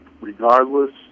regardless